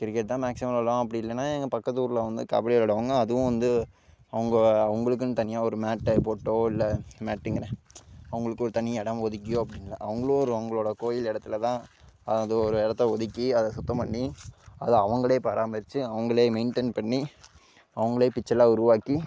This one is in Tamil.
கிரிக்கெட் தான் மேக்ஸிமம் விளாடுவோம் அப்படி இல்லைன்னா எங்கள் பக்கத்து ஊரில் வந்து கபடி விளாடுவாங்க அதுவும் வந்து அவங்க அவங்களுக்குனு தனியாக ஒரு மேட்டை போட்டு இல்லை மேட்டுங்கிறேன் அவங்களுக்கு ஒரு தனி இடம் ஒதுக்கியோ அப்படினு இல்லை அவங்களும் ஒரு அவங்களோடய கோவில் இடத்துல தான் அது ஒரு இடத்த ஒதுக்கி அதை சுத்தம் பண்ணி அதை அவங்களே பராமரித்து அவங்களே மெயின்டைன் பண்ணி அவங்களே பிச்செல்லாம் உருவாக்கி